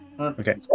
Okay